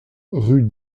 rue